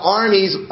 armies